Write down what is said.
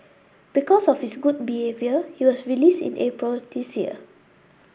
because of his good behaviour he was released in April this year